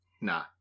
Nah